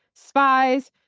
spies,